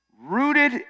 rooted